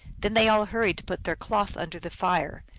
then they all hurried to put their cloth under the fire.